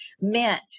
meant